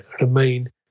remain